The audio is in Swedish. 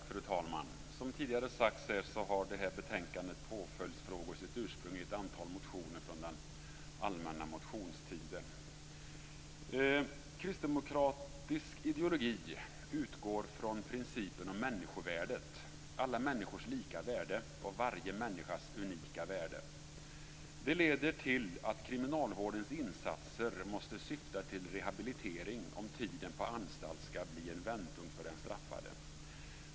Fru talman! Som tidigare sagts har det här betänkandet om påföljdsfrågor sitt ursprung i ett antal motioner från den allmänna motionstiden. Kristdemokratisk ideologi utgår från principen om människovärdet, alla människors lika värde och varje människas unika värde. Det leder till att kriminalvårdens insatser måste syfta till rehabilitering om tiden på anstalt skall bli en vändpunkt för den straffade.